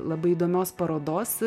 labai įdomios parodos